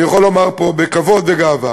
אני יכול לומר פה בכבוד ובגאווה